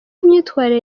myitwarire